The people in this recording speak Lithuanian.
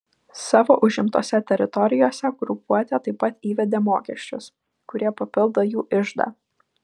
savo užimtose teritorijose grupuotė taip pat įvedė mokesčius kurie papildo jų iždą